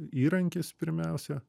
įrankis pirmiausia